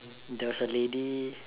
there was a lady